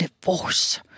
divorce